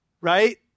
right